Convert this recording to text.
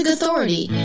authority